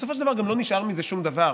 בסופו של דבר, גם לא נשאר מזה שום דבר.